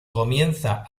comienza